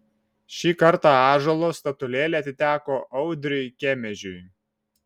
šį kartą ąžuolo statulėlė atiteko audriui kemežiui